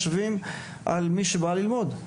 על מי שבא ללמוד.